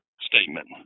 statement